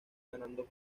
ganando